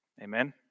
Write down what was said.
Amen